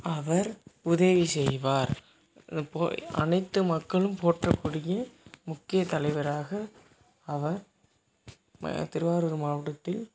அவர் உதவி செய்வார் அனைத்து மக்களும் போற்றக்கூடிய முக்கிய தலைவராக அவர் திருவாரூர் மாவட்டத்தில்